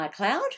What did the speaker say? iCloud